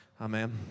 Amen